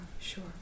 sure